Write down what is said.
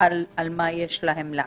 על מה יש להן לעדכן.